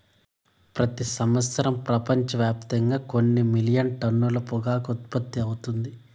ప్రతి సంవత్సరం ప్రపంచవ్యాప్తంగా కొన్ని మిలియన్ టన్నుల పొగాకు ఉత్పత్తి అవుతుంది